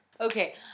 Okay